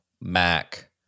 Mac